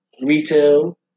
retail